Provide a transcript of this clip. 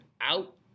out